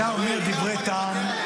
אתה אומר דברי טעם,